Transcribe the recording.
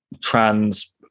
trans